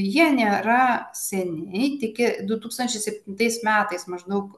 jie nėra seni tik du tūkstančiai septintais metais maždaug